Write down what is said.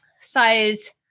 size